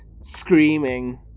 screaming